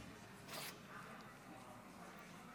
ההצבעה.